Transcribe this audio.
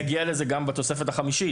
תכף נגיע לזה גם בתוספת החמישית.